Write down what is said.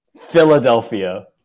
Philadelphia